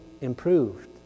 improved